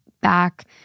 back